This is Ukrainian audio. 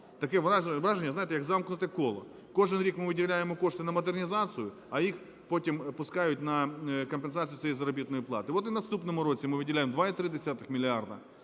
Таке враження, знаєте, як замкнуте коло. Кожен рік ми виділяємо кошти на модернізацію, а їх потім пускають на компенсацію цієї заробітної плати. От і в наступному році ми виділяємо 2,3 мільярда